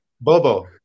Bobo